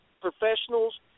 professionals